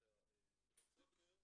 במסגרת